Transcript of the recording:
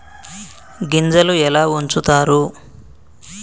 గింజలు ఎలా ఉంచుతారు?